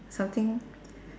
something